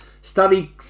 study